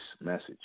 message